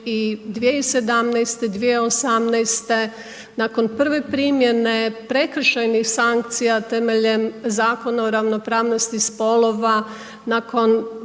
i 2017., 2018. nakon prve primjene prekršajnih sankcija temeljem Zakona o ravnopravnosti spolova nakon